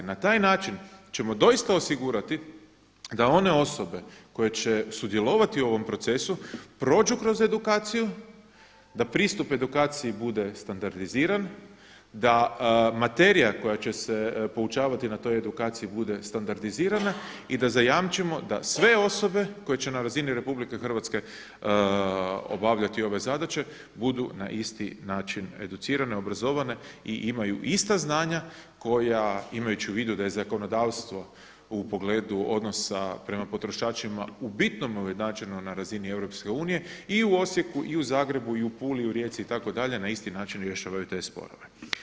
Na taj način ćemo doista osigurati da one osobe koje će sudjelovati u ovom procesu prođu kroz edukaciju, da pristup edukaciji bude standardiziran, da materija koja će se poučavati na toj edukaciji bude standardizirana i da zajamčimo da sve osobe koje će na razini Republike Hrvatske obavljati ove zadaće budu na isti način educirane, obrazovane i imaju ista znanja koja, imajući u vidu da je zakonodavstvo u pogledu odnosa prema potrošačima u bitnome ujednačeno na razini Europske unije, i u Osijeku, i u Zagrebu, i u Puli, u Rijeci itd. na isti način rješavaju te sporove.